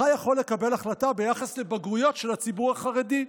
יכול לקבל החלטה ביחס לבגרויות של הציבור החרדי,